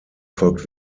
folgt